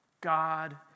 God